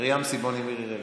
מרים סיבוני מירי רגב.